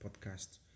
podcast